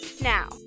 Now